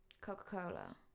Coca-Cola